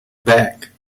back